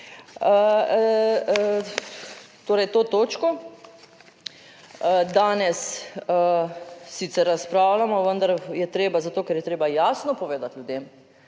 Torej, to točko danes sicer razpravljamo, vendar je treba zato, ker je treba jasno povedati ljudem,